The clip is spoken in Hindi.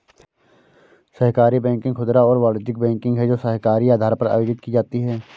सहकारी बैंकिंग खुदरा और वाणिज्यिक बैंकिंग है जो सहकारी आधार पर आयोजित की जाती है